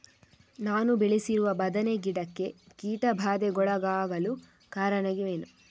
ನಾನು ಬೆಳೆಸಿರುವ ಬದನೆ ಗಿಡಕ್ಕೆ ಕೀಟಬಾಧೆಗೊಳಗಾಗಲು ಕಾರಣವೇನು?